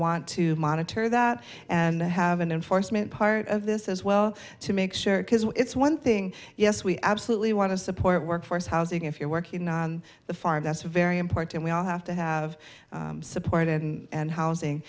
want to monitor that and have an enforcement part of this as well to make sure it's one thing yes we absolutely want to support workforce housing if you're working on the farm that's very important and we all have to have support and housing